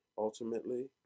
Ultimately